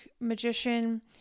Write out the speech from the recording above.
magician